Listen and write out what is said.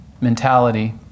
mentality